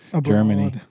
Germany